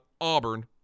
Auburn